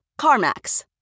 CarMax